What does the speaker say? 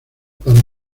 para